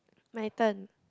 my turn